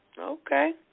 Okay